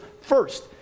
first